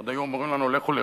עוד היו אומרים לנו: לכו לרוסיה.